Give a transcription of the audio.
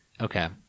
Okay